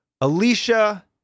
Alicia